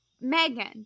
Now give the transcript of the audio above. megan